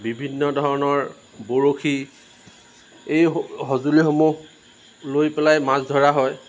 বিভিন্ন ধৰণৰ বৰশী এই সঁজুলিসমূহ লৈ পেলাই মাছ ধৰা হয়